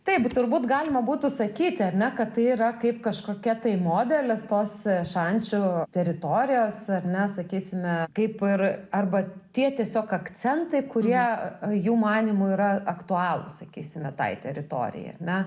taip turbūt galima būtų sakyti ar ne kad tai yra kaip kažkokia tai modelis tos šančių teritorijos ar ne sakysime kaip ir arba tie tiesiog akcentai kurie jų manymu yra aktualūs sakysime tai teritorijai ar ne